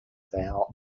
vow